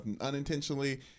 unintentionally